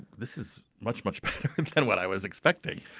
this is much, much better than what i was expecting.